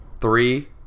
Three